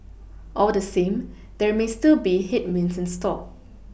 all the same there may still be headwinds in store